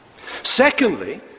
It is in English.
Secondly